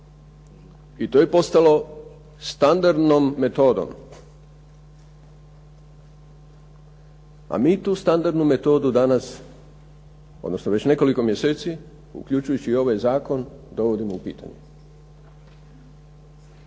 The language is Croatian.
I to je postalo standardnom metodom. A mi tu standardnu metodu danas, već nekoliko mjeseci, uključujući i ovaj Zakon dovodimo u pitanje.